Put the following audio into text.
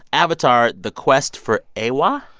avatar the quest for eywa.